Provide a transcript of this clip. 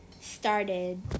started